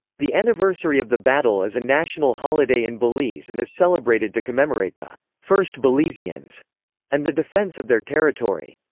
the anniversary of the battle is a national holiday in belize and is celebrated to commemorate the first belizeans and the defence of their territory.